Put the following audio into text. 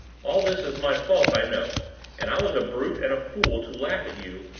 all this is my fault, i know and i was a brute and a fool to laugh at you,